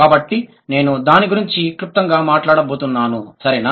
కాబట్టి నేను దాని గురించి క్లుప్తంగా మాట్లాడబోతున్నాను సరేనా